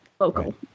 local